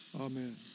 Amen